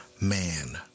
man